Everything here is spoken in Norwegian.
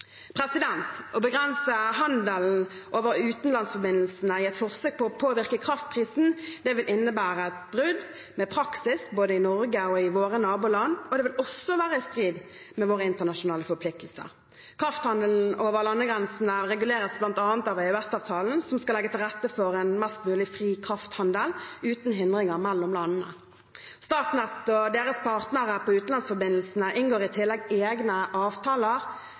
Å begrense handelen over utenlandsforbindelsene i et forsøk på å påvirke kraftprisen vil innebære et brudd med praksis både i Norge og i våre naboland, og det vil også være i strid med våre internasjonale forpliktelser. Krafthandelen over landegrensene reguleres bl.a. av EØS-avtalen, som skal legge til rette for en mest mulig fri krafthandel, uten hindringer mellom landene. Statnett og deres partnere på utenlandsforbindelsene inngår i tillegg egne avtaler